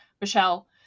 Michelle